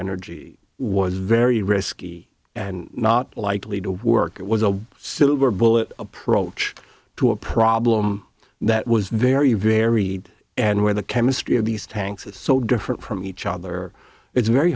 energy was very risky and not likely to work it was a silver bullet approach to a problem that was very varied and where the chemistry of these tanks is so different from each other it's very